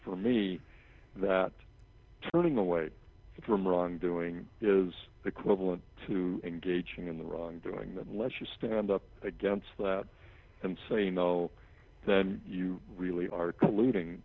for me that turning away from wrongdoing is equivalent to engaging in the wrong doing that unless you stand up against that and say no then you really are colluding